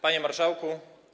Panie Marszałku!